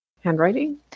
handwriting